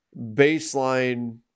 baseline